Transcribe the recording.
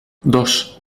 dos